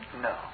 No